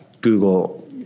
Google